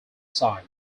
side